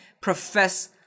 profess